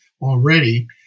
already